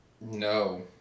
No